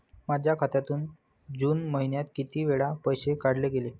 माझ्या खात्यातून जून महिन्यात किती वेळा पैसे काढले गेले?